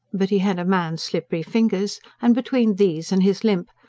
but he had a man's slippery fingers, and, between these and his limp,